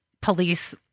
police